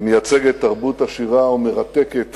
היא מייצגת תרבות עשירה ומרתקת